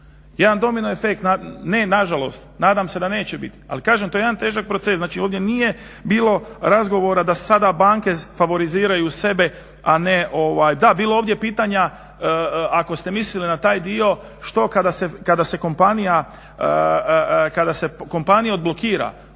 Jedan domino efekt. Nažalost, nadam se da neće biti ali kažem to je jedan težak proces. Znači ovdje nije bilo razgovora da sada banke favoriziraju sebe, a ne, da bilo je ovdje pitanja, ako ste mislili na taj dio što kada se kompanija, kada